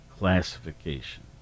Classification